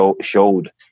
showed